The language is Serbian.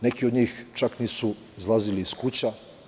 Neki od njih čak nisu izlazili iz kuća.